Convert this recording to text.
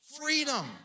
Freedom